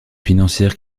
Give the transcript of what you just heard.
financières